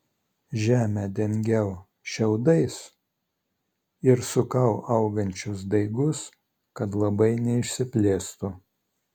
žemę dengiau šiaudais ir sukau augančius daigus kad labai neišsiplėstų